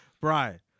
Brian